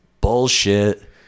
Bullshit